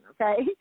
okay